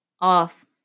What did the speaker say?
off